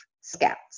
Scouts